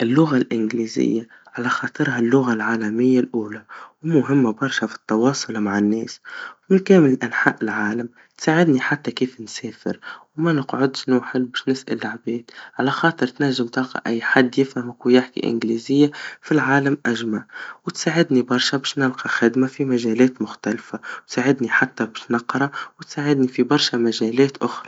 اللغا الإنجليزيا, على خاطرها اللغا العالميا الأولى, ومهما برشا في التواصل مع الناس, ومن كامل أنحاء العالم, تساعدني حتى كيف نسافر, وما نقعدش نحول وباش نسأل العباد, على خاطر تناجم تلقى أي حد يفهمك ويحكي الإنجليزيا في العالم أجمع, وتساعدني برشا باش نلقى خدما في مجالات مختلفا, تساعدني حتى باش نقرا, وتساعدني في برشا مجالات أخرى.